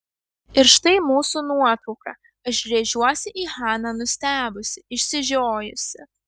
ir štai mūsų nuotrauka aš gręžiuosi į haną nustebusi išsižiojusi